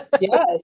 Yes